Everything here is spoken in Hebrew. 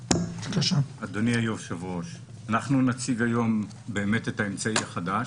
אדוני היושב-ראש, אנחנו נציג היום את האמצעי החדש,